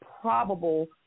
probable